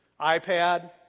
iPad